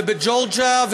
ובג'ורג'יה,